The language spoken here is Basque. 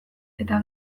eta